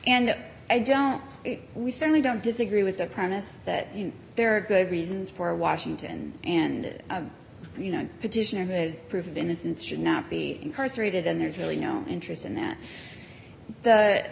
and i don't we certainly don't disagree with the premise that there are good reasons for washington and you know petitioner has proof of innocence should not be incarcerated and there's really no interest in that